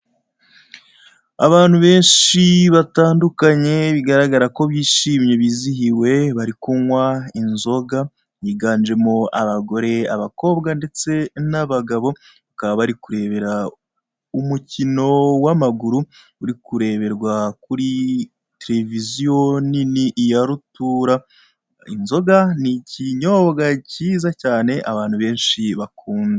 Abantu benshi batandukanye bigaragara ko bishimye bizihiwe bari kunywa inzoga, higanjemo abagore, abakobwa ndetse n'abagabo bakaba bari kurebera umukino w'amaguru uri kureberwa kuri televiziyo nini ya rutura, inzoga ni ikinyobwa cyiza cyane abantu benshi bakunda.